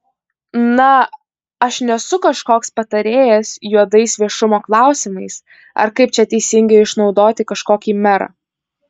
na aš nesu kažkoks patarėjas juodais viešumo klausimais ar kaip čia teisingai išnaudoti kažkokį merą